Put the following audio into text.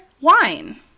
wine